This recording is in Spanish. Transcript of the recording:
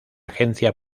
agencia